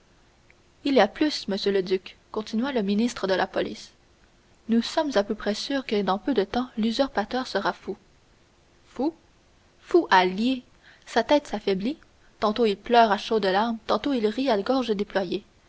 il y a plus monsieur le duc continua le ministre de la police nous sommes à peu près sûrs que dans peu de temps l'usurpateur sera fou fou fou à lier sa tête s'affaiblit tantôt il pleure des larmes tantôt il rit à gorge déployée